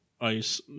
ice